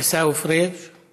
עיסאווי פריג';